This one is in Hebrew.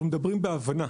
אנחנו מדברים בהבנה.